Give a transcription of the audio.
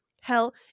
Hell